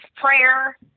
prayer